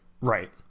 Right